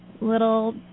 little